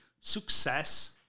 Success